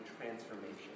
transformation